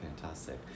Fantastic